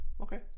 okay